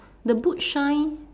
the boot shine